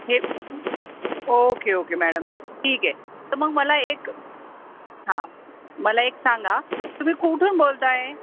हे okay okay madam ठीक आहे तर मग मला एक हा मला एक सांगा तुम्ही कुठून बोलत आहात